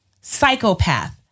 psychopath